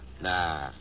Nah